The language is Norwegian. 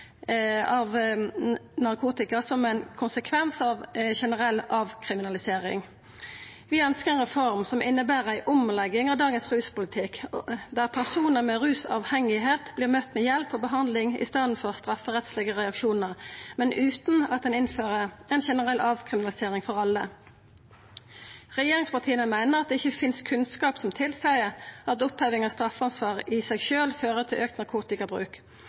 narkotika som ein konsekvens av generell avkriminalisering. Vi ønskjer ei reform som inneber ei omlegging av dagens ruspolitikk, der personar som er avhengige av rus, vert møtte med hjelp og behandling i staden for strafferettslege reaksjonar, men utan at ein innfører ei generell avkriminalisering for alle. Regjeringspartia meiner at det ikkje finst kunnskap som tilseier at oppheving av straffeansvar i seg sjølv fører til auka narkotikabruk.